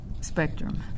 spectrum